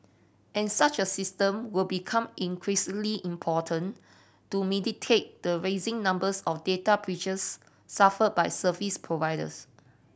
and such a system will become increasingly important to mitigate the rising numbers of data breaches suffered by services providers